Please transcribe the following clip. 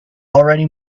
already